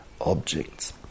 objects